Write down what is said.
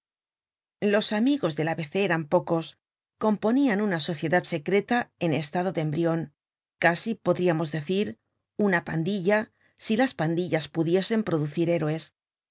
los amigos del a b g eran pocos componian una sociedad secreta en estado de embrion casi podríamos decir una pandilla si las pandillas pudiesen producir héroes